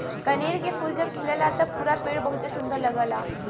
कनेर के फूल जब खिलला त पूरा पेड़ बहुते सुंदर लगला